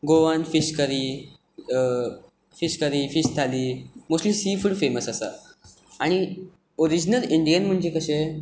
गोवान fish curry fish thali mostly sea food famous आसा आनी original Indian म्हणचें कशें